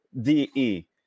DE